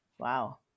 Wow